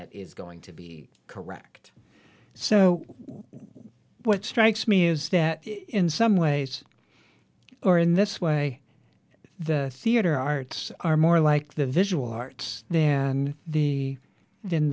that is going to be correct so what strikes me is that in some ways or in this way the theater arts are more like the visual arts and the